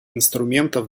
инструментов